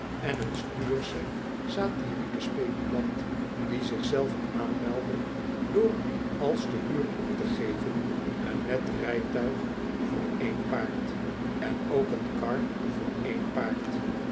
en een stuursche satyrieke speculant die zich zelven aanmeldde door als te huur op te geven een net rijtuig voor één paard en ook een kar voor één paard